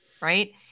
Right